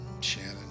Shannon